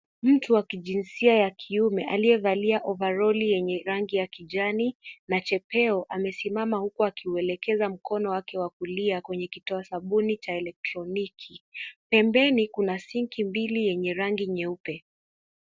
Mtu wa kijinzia ya kiume aliyevalia ovarali yenye rangi ya kijani na jepeo, amesimama huku akiuelekeza mkono wake wa kulia kwenye kitoa sabuni cha electroniki. Pembeni Kuna sinki mbili yenye rangi nyeupe.